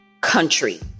country